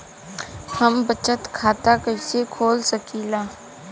हम बचत खाता कईसे खोल सकिला?